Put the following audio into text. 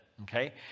Okay